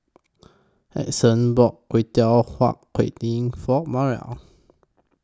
Edson bought Huat Kuih For Maria